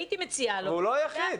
אבל הוא לא היחיד.